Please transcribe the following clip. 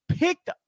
picked